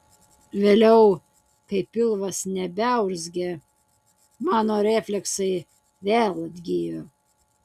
vėliau kai pilvas nebeurzgė mano refleksai vėl atgijo